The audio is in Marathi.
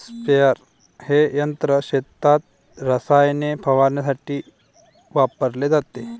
स्प्रेअर हे यंत्र शेतात रसायने फवारण्यासाठी वापरले जाते